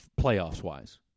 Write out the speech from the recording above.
playoffs-wise